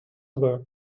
work